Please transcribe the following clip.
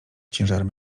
ciężarem